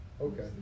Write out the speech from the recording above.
Okay